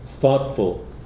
thoughtful